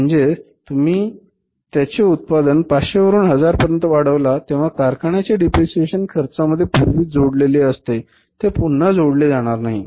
म्हणजे जेव्हा तुम्ही त्यांचे उत्पादन 500 वरून 1000 पर्यंत वाढवता तेव्हा कारखान्याचे डेप्रिसिएशन खर्चामध्ये पूर्वीच जोडलेले असते ते पुन्हा जोडले जाणार नाही